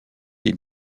des